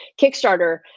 Kickstarter